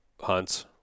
hunts